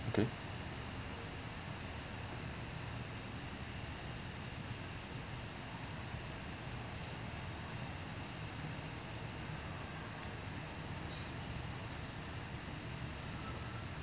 okay